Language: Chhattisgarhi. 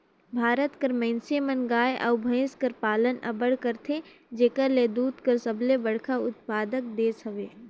भारत कर मइनसे मन गाय अउ भंइस कर पालन अब्बड़ करथे जेकर ले दूद कर सबले बड़खा उत्पादक देस हवे